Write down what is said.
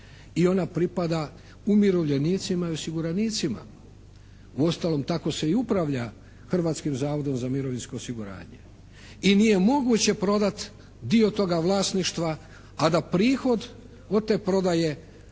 i ona pripada umirovljenicima i osiguranicima. Uostalom tako se i upravlja Hrvatskim zavodom za mirovinsko osiguranje. I nije moguće prodat dio toga vlasništva a da prihod od te prodaje ne